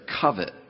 covet